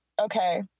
okay